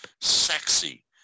sexy